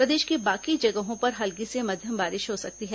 प्रदेश के बाकी जगहों पर हल्की से मध्यम बारिश हो सकती है